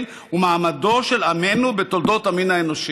ומעמדו של עמנו בתולדות המין האנושי".